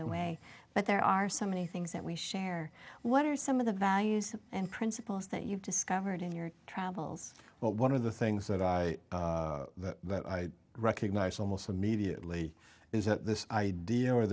that way but there are so many things that we share what are some of the values and principles that you've discovered in your travels but one of the things that i that i recognize almost immediately is that this idea